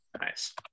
nice